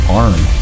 arm